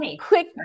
quick